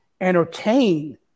entertain